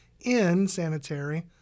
insanitary